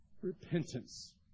repentance